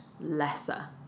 lesser